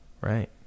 Right